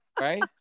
right